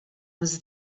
was